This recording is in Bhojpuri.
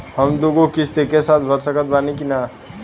हम दु गो किश्त एके साथ भर सकत बानी की ना?